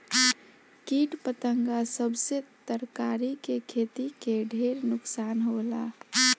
किट पतंगा सब से तरकारी के खेती के ढेर नुकसान होला